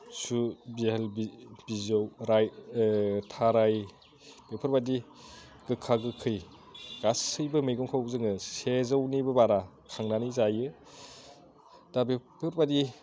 सु बेहेल बिजौ थाराय बेफोरबायदि गोखा गोखै गासैबो मैगंखौ जोङो सेजौनिबो बारा खांनानै जायो दा बेफोरबायदि